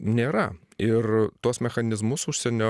nėra ir tuos mechanizmus užsienio